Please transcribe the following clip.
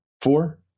four